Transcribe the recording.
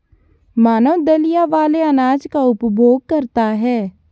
मानव दलिया वाले अनाज का उपभोग करता है